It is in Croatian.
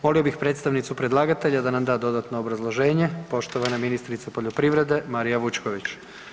Molimo bih predstavnicu predlagatelja da nam da dodatno obrazloženje, poštovana ministrica poljoprivrede Marija Vučković.